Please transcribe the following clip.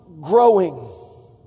growing